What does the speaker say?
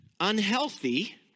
unhealthy